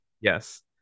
Yes